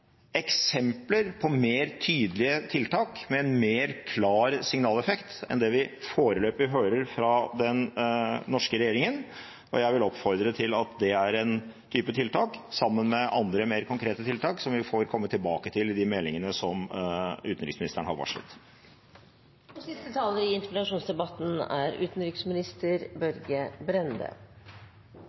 mer klar signaleffekt enn det vi foreløpig hører fra den norske regjeringen. Jeg vil oppfordre til at det er en type tiltak – sammen med andre, mer konkrete tiltak – vi får komme tilbake til i forbindelse med de meldingene som utenriksministeren har varslet. Jeg synes det har vært en god runde i